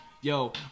Yo